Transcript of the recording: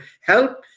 help